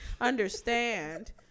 understand